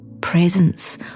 presence